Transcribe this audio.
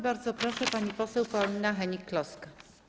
Bardzo proszę, pani poseł Paulina Hennig-Kloska.